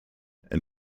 and